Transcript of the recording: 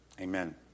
amen